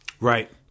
Right